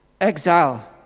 exile